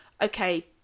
okay